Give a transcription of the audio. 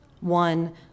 one